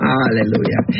hallelujah